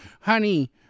honey